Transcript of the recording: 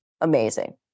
amazing